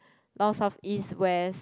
north south east west